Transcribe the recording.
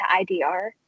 IDR